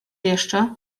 jeszcze